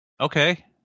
Okay